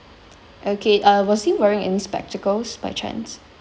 okay uh was he wearing in spectacles by chance